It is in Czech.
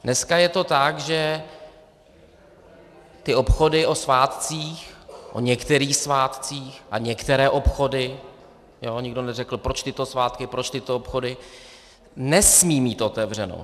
Dneska je to tak, že ty obchody o svátcích, o některých svátcích, a některé obchody nikdo neřekl, proč tyto svátky, proč tyto obchody nesmí mít otevřeno.